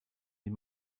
die